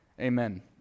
Amen